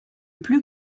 plus